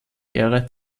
ehre